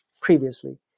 previously